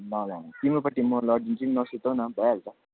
ल ल तिम्रोपट्टि म लडिदिन्छु नि नसुर्ताउन भइहाल्छ